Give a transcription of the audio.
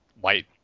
white